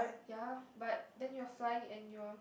ya but then you're flying and you're